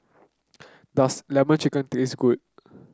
does lemon chicken taste good